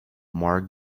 more